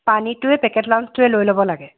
পানীটোৱে পেকেট লাঞ্চটোৱে লৈ ল'ব লাগে